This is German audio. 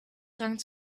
drang